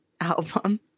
album